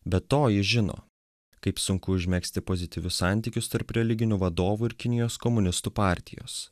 be to ji žino kaip sunku užmegzti pozityvius santykius tarp religinių vadovų ir kinijos komunistų partijos